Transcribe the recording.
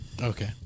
Okay